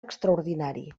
extraordinari